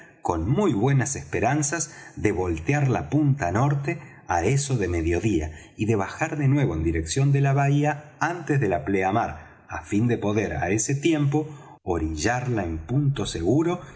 con muy buenas esperanzas de voltear la punta norte á eso de medio día y de bajar de nuevo en dirección de la bahía antes de la pleamar á fin de poder á ese tiempo orillarla en punto seguro